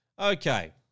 Okay